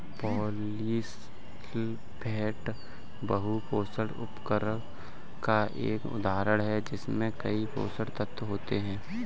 polysulphate बहु पोषक उर्वरक का एक उदाहरण है जिसमें कई पोषक तत्व होते हैं